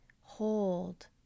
Hold